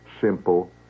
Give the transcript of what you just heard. simple